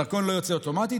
הדרכון לא יוצא אוטומטית,